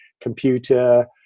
computer